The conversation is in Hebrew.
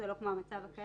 זה לא כמו המצב הקיים,